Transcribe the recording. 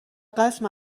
قتل